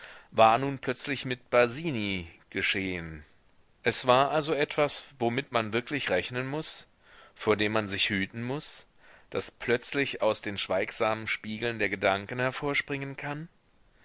war nun plötzlich mit basini geschehen es war also etwas womit man wirklich rechnen muß vor dem man sich hüten muß das plötzlich aus den schweigsamen spiegeln der gedanken hervorspringen kann